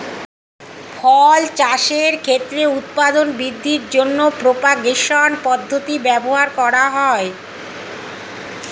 ফল চাষের ক্ষেত্রে উৎপাদন বৃদ্ধির জন্য প্রপাগেশন পদ্ধতি ব্যবহার করা হয়